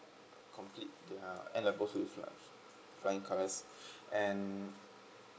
complete their A level with fl~ flying colours and